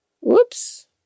whoops